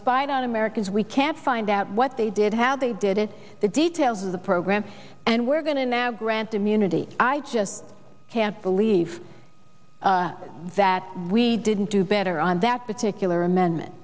spied on americans we can't find out what they did how they did it the details of the program and we're going to now grant immunity i just can't believe that we didn't do better on that particular amendment